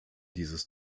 dieses